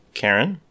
karen